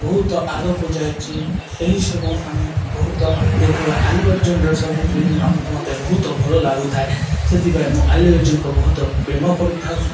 ବହୁତ ଆଗକୁ ଯାଇଛି ଏହିସବୁ ଆମେ ବହୁତ ଦେଖିବା ଆଲୁ ଅର୍ଜୁନର ସବୁ ଫିଲ୍ମ ଆମକୁ ମୋତେ ବହୁତ ଭଲ ଲାଗୁଥାଏ ସେଥିପାଇଁ ମୁଁ ଆଲୁ ଅର୍ଜୁନକୁ ବହୁତ ପ୍ରେମ କରିଥାଉ